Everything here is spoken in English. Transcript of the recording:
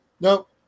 Nope